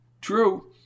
True